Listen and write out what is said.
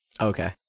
Okay